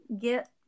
get